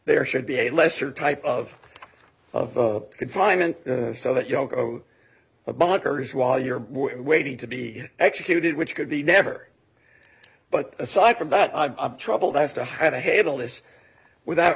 there should be a lesser type of confinement so that yoko bonkers while you're waiting to be executed which could be never but aside from that i'm troubled as to how to handle this without